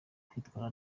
kwitwara